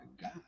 god